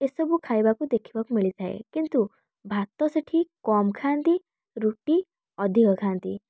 ଏସବୁ ଖାଇବାକୁ ଦେଖିବାକୁ ମିଳିଥାଏ କିନ୍ତୁ ଭାତ ସେଠି କମ୍ ଖାଆନ୍ତି ରୁଟି ଅଧିକ ଖାଆନ୍ତି